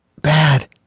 Bad